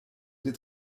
des